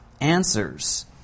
answers